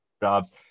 jobs